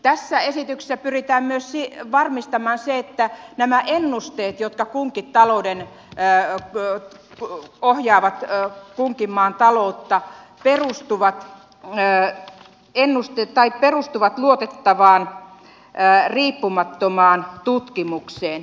tässä esityksessä pyritään myös varmistamaan se että nämä ennusteet jotka kunkin talouden pitää olla ohi ja ohjaavat kunkin maan taloutta perustuvat luotettavaan riippumattomaan tutkimukseen